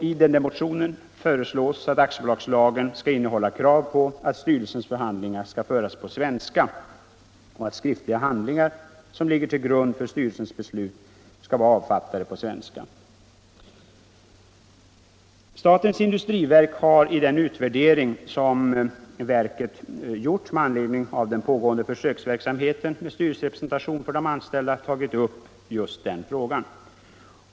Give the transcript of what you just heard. I motionen föreslås att aktiebolagslagen skall innehålla krav på att styrelsens förhandlingar skall föras på svenska och att skriftliga handlingar, som ligger till grund för styrelsens beslut, skall vara avfattade på svenska. I den utvärdering som statens industriverk har gjort med anledning av den pågående försöksverksamheten med styrelserepresentation för de anställda har verket tagit upp just denna fråga.